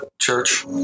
church